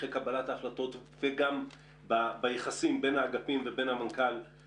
גם בקבלת ההחלטות וגם ביחסים בין האגפים באוצר.